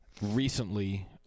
recently